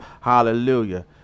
Hallelujah